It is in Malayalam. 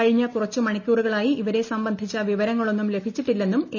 കഴിഞ്ഞ കുറച്ച് മണിക്കൂറുകളായി ഇവരെ സംബന്ധിച്ച വിവരങ്ങളൊന്നും ലഭിച്ചിട്ടില്ലെന്നും എ